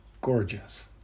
gorgeous